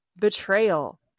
betrayal